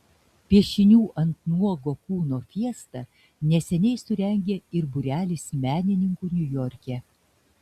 piešinių ant nuogo kūno fiestą neseniai surengė ir būrelis menininkų niujorke